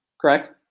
Correct